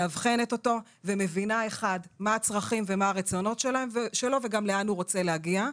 מאבחנת אותו ומבינה מה הצרכים והרצונות ולאן הוא רוצה להגיע.